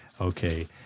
Okay